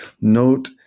note